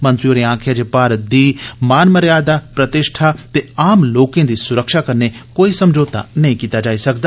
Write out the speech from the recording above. मंत्री होरें आक्खेआ जे भारत दी मान मर्यादा प्रतिष्ठा ते आम लोकें दी सुरक्षा कन्नै कोई समझौता नेई कीता जाई सकदा